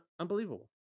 unbelievable